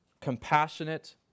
compassionate